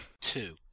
Two